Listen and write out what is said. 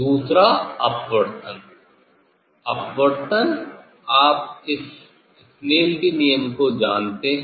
दूसरा अपवर्तन अपवर्तन आप इस Snell के नियम को जानते हैं